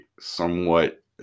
somewhat